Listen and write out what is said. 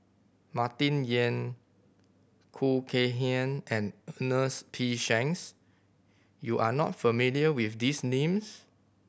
Martin Yan Khoo Kay Hian and Ernest P Shanks you are not familiar with these names